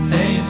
Say